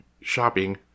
shopping